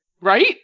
Right